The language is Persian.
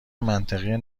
منطقی